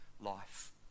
life